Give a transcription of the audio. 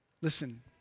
Listen